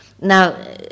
Now